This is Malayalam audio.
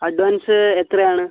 അഡ്വാൻസ് എത്രയാണ്